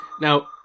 Now